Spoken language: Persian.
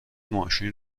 ماشین